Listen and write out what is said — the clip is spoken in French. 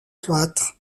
cloître